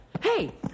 Hey